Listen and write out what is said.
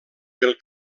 pel